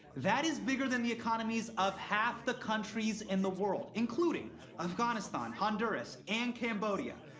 that is bigger than the economies of half the countries in the world, including afghanistan, honduras, and cambodia.